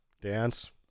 Dance